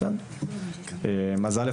אז א',